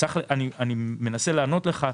אני מנסה לענות לך,